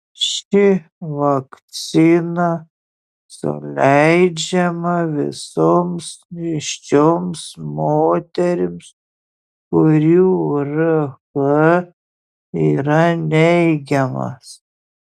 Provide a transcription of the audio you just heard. ši vakcina suleidžiama visoms nėščioms moterims kurių rh yra neigiamas